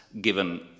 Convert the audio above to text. given